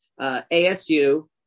ASU